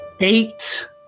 eight